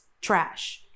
trash